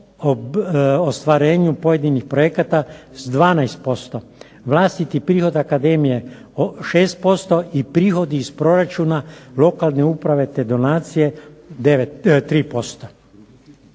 ostvarenju pojedinih projekata s 12%, vlastiti prihod akademije 6% i prihodi iz proračuna lokalne uprave te donacije 3%.